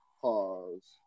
pause